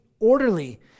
Orderly